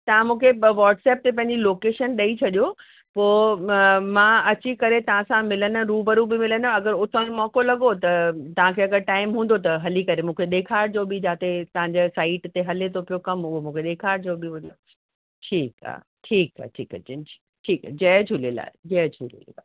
तव्हां मूंखे ब वॉट्सैप ते पंहिंजी लोकेशन ॾेई छॾियो पोइ म मां अची करे तव्हांसां मिलंदमि रूबरू बि मिलंदमि अगरि उतो ई मौको लॻो त तव्हांखे अगरि टाइम हूंदो त हली करे मूंखे ॾेखारजो बि जाते तव्हांजे साइट ते हले थो पियो कम उहो मूंखे ॾेखारजो बि वरी ठीकु आहे ठीकु आहे ठीकु आहे जिंश ठीकु आहे जय झूलेलाल जय झूलेलाल